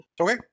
Okay